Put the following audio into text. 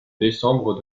décembre